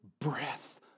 breath